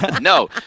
no